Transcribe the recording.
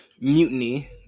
mutiny